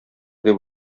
дип